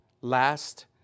last